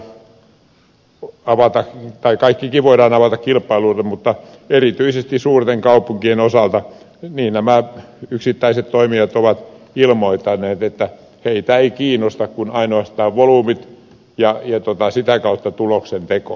suuret kaupungit tai kaikkikin voidaan avata kilpailulle mutta erityisesti suurten kaupunkien osalta nämä yksittäiset toimijat ovat ilmoittaneet että heitä eivät kiinnosta kuin ainoastaan volyymit ja sitä kautta tuloksenteko